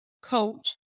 coach